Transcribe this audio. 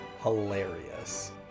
Hilarious